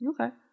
Okay